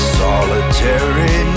solitary